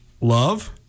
love